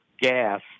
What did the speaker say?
gas